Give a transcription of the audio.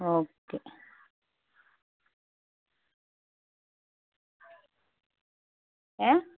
okay ഏ